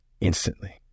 Instantly